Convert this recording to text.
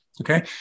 Okay